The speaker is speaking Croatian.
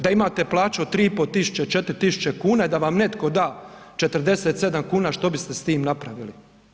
Da imate plaću od 3.500, 4.000 kuna i da vam netko da 47 kuna što biste s tim napravili?